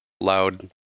loud